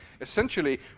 Essentially